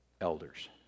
elders